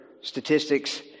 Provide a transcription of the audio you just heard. statistics